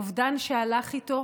אובדן שהלך איתו